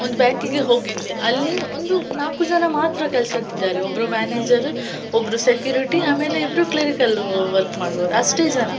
ಒಂದು ಬ್ಯಾಂಕಿಂಗೆ ಹೋಗಿದ್ದೆ ಅಲ್ಲಿ ಒಂದು ನಾಲ್ಕು ಜನ ಮಾತ್ರ ಕೆಲಸಗಿದ್ದಾರೆ ಒಬ್ಬರು ಮ್ಯಾನೇಜರು ಒಬ್ಬರು ಸೆಕ್ಯೂರಿಟಿ ಆಮೇಲೆ ಇಬ್ಬರು ಕ್ಲೆರಿಕಲ್ ವರ್ಕ್ ಮಾಡುವರು ಅಷ್ಟೆ ಜನ